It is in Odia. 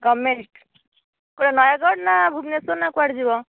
ଗଭର୍ଣ୍ଣ୍ମେଣ୍ଟ୍ କେଉଁଟା ନୟାଗଡ଼ ନା ଭୁବନେଶ୍ୱର ନା କୁଆଡ଼େ ଯିବ